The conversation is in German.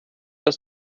das